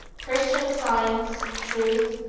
christian science, truth,